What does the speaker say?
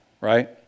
right